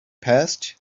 passed